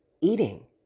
eating